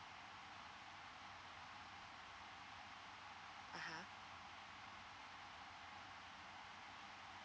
(uh huh)